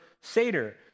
Seder